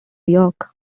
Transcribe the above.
york